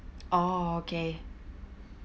oh okay